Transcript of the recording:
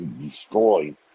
destroy